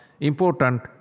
important